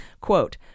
quote